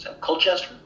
Colchester